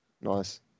Nice